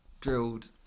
drilled